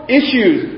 issues